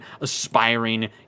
aspiring